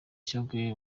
shyogwe